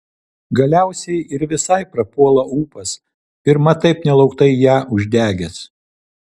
galiausiai ir visai prapuola ūpas pirma taip nelauktai ją uždegęs